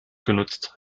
genutzt